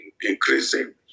increasing